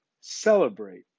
celebrate